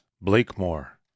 Blakemore